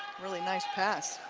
really nice pass.